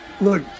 look